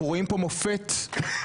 אנחנו רואים פה מופת לשרלטנות.